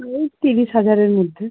ওই তিরিশ হাজারের মধ্যে